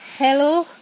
hello